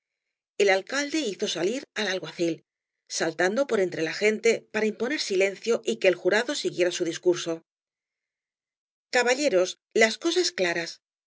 el alcalde hizo salir al alguacil saltando por entre la gente para imponer silencio y que el jurado siguiera su discurso caballeros las cosas claras